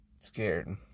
scared